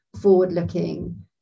forward-looking